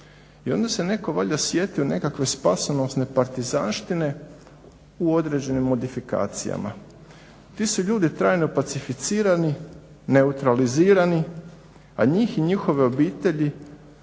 I onda se netko valjda sjetio neke spasonosne pratizanštine u određenim modifikacijama. Ti su ljudi trajno pacificirani, neutralizirani, a njih i njihove obitelji